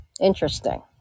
Interesting